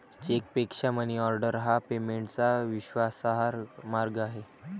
चेकपेक्षा मनीऑर्डर हा पेमेंटचा विश्वासार्ह मार्ग आहे